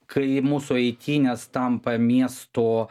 kai mūsų eitynės tampa miesto